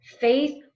faith